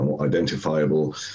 identifiable